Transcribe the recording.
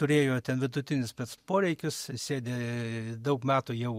turėjo ten vidutinius spec poreikius sėdi daug metų jau